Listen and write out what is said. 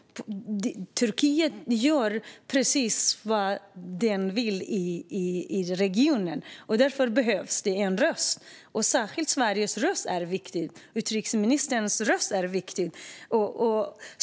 Turkiet gör precis vad det vill i denna region. Därför behövs det en röst, och särskilt Sveriges och utrikesministerns röst är viktig.